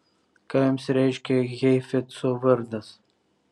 ką jums reiškia heifetzo vardas